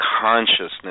Consciousness